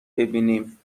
ببینیم